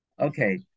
Okay